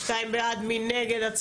מי נגד?